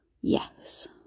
Yes